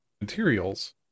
materials